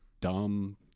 dumb